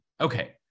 Okay